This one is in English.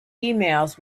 emails